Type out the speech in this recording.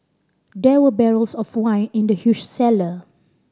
there were barrels of wine in the huge cellar